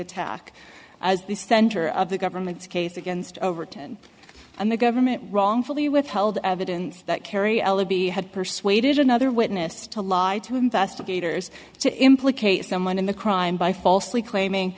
attack as the center of the government's case against overton and the government wrongfully withheld evidence that kerry ellaby had persuaded another witness to lie to investigators to implicate someone in the crime by falsely claiming